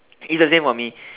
it's the same for me